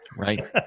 Right